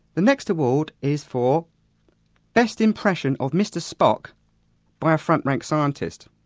the next award is for best impression of mr. spock by a front rank scientist.